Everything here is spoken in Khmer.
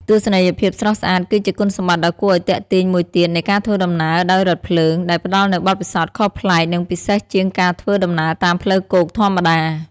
ទស្សនីយភាពស្រស់ស្អាត គឺជាគុណសម្បត្តិដ៏គួរឲ្យទាក់ទាញមួយទៀតនៃការធ្វើដំណើរដោយរថភ្លើង ដែលផ្តល់នូវបទពិសោធន៍ខុសប្លែក និងពិសេសជាងការធ្វើដំណើរតាមផ្លូវគោកធម្មតា។